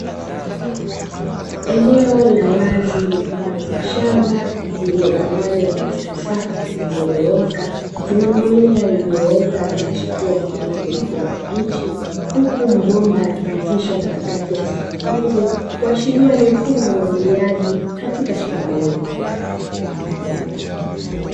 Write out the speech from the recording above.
Eneo la wazi mfano wa shamba lililogawanywa katika safu zilizonyooka zenye mimea iliyoota na kuchipua kwa rangi ya kijani kibichi, huku mabomba yakipitishwa katikati ya safu hizo kuashiria ni mfumo wa umwagiliaji katika shamba hilo.